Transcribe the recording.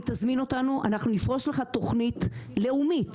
אם תזמין אותנו אנחנו נפרוס לך תוכנית לאומית